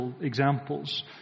examples